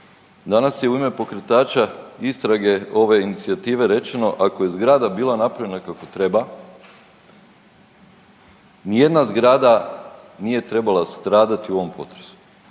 Danas je u ime pokretača istrage ove inicijative rečeno ako je zgrada bila napravljena kako treba, ni jedna zgrada nije trebala stradati u ovom potresu.